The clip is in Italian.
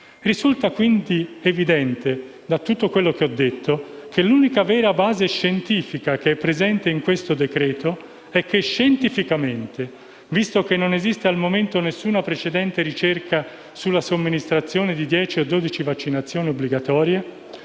Risulta quindi evidente, da tutto quello che ho detto, che l'unica vera base scientifica che è presente in questo decreto-legge è che scientificamente, visto che non esiste al momento alcuna precedente ricerca sulla somministrazione di 10 o 12 vaccinazioni obbligatorie